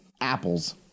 apples